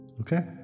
Okay